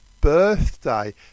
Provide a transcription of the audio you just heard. birthday